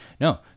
No